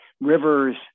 rivers